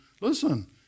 Listen